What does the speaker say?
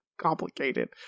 complicated